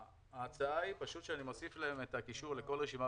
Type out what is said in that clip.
ההצעה היא שאני מוסיף להם את הקישור לכל רשימה